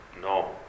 No